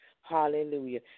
Hallelujah